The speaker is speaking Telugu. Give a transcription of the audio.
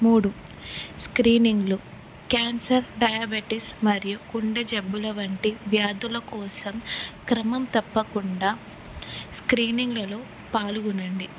మూడు స్క్రీనింగ్లు క్యాన్సర్ డయాబెటీస్ మరియు గుండె జబ్బుల వంటి వ్యాధుల కోసం క్రమం తప్పకుండా స్క్రీనింగ్లలో పాల్గొనండి